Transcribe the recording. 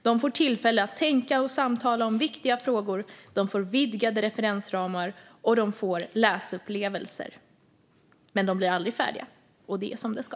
De får tillfälle att tänka och samtala om viktiga frågor, de får vidgade referensramar, och de får läsupplevelser. Men de blir aldrig färdiga, och det är som det ska."